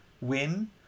win